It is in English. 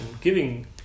giving